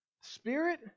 Spirit